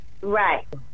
Right